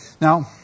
Now